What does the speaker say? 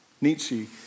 Nietzsche